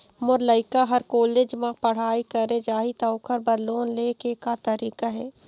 मोर लइका हर कॉलेज म पढ़ई करे जाही, त ओकर बर लोन ले के का तरीका हे?